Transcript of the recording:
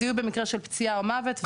זיהוי במקרה של פציעה ומוות.